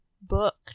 book